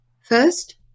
first